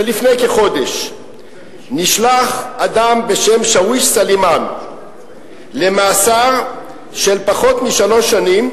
שלפני כחודש נשלח אדם בשם שוויש סלימאן למאסר של פחות משלוש שנים,